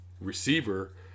receiver